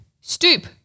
Stoop